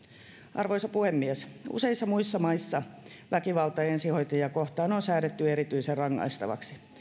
arvoisa puhemies useissa muissa maissa väkivalta ensihoitajia kohtaan on on säädetty erityisen rangaistavaksi